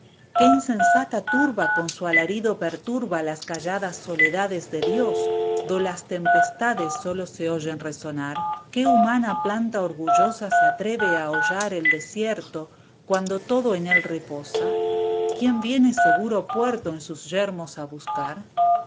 qué insensata turba con su alarido perturba las calladas soledades de dios do las tempestades sólo se oyen resonar qué humana planta orguuosa se atreve a hollar el desierto cuando todo en él reposa quién viene seguro puerto en sus yermos a buscar